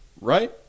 Right